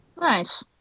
Nice